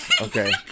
okay